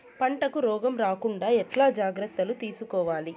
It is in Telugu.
పంటకు రోగం రాకుండా ఎట్లా జాగ్రత్తలు తీసుకోవాలి?